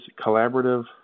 collaborative